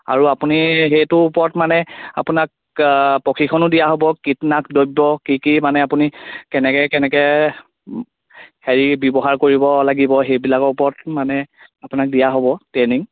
আৰু আপুনি সেইটো ওপৰত মানে আপোনাক প্ৰশিক্ষণো দিয়া হ'ব কীটনাশক দব্য কি মানে আপুনি কেনেকে কেনেকে হেৰি ব্যৱহাৰ কৰিব লাগিব সেইবিলাকৰ ওপৰত মানে আপোনাক দিয়া হ'ব ট্ৰেইনিং